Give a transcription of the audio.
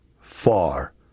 far